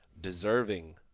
deserving